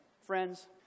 Friends